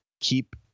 keep